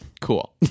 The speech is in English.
Cool